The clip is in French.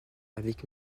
avec